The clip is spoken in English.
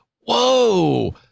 whoa